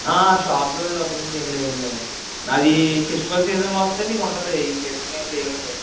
షాప్లో వద్ద నుంచి ఏమి లేవండి మాది ఫెస్టివల్ సీజన్లో వస్తే మీకు ఉంటుంది ఈ సీజన్లో ఏమి లేవండి